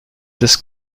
des